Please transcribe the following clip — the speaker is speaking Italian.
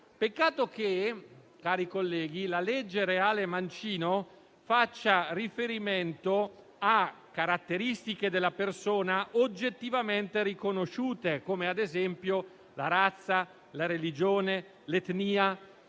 Peccato, cari colleghi, che la legge Reale-Mancino faccia riferimento a caratteristiche della persona oggettivamente riconosciute come, ad esempio, la razza, la religione o l'etnia.